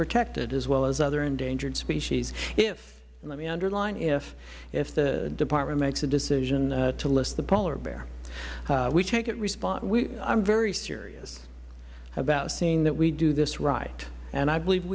protected as well as other endangered species if let me underline if if the department makes a decision to list the polar bear we take it i am very serious about seeing that we do this right and i believe